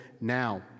now